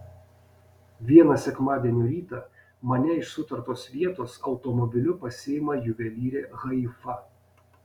vieną sekmadienio rytą mane iš sutartos vietos automobiliu pasiima juvelyrė haifa